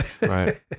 right